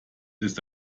ist